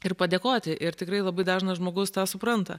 ir padėkoti ir tikrai labai dažnas žmogus tą supranta